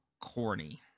corny